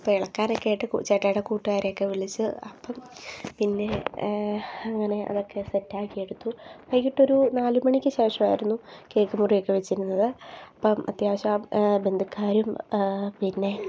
അപ്പം ഇളക്കാനൊക്കെ ആയിട്ട് ചേട്ടായിയുടെ കൂട്ടുകാരെയൊക്കെ വിളിച്ച് അപ്പം പിന്നെ അങ്ങനെ അതൊക്കെ സെറ്റാക്കിയെടുത്തു വൈകീട്ടൊരു നാലു മണിക്ക് ശേഷമായിരുന്നു കേക്ക് മുറിയൊക്കെ വെച്ചിരുന്നത് അപ്പം അത്യാവശ്യം ബന്ധുക്കാരും പിന്നെ